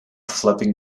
flapping